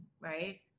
right